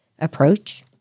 approach